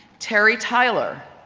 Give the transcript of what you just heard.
terry tyler,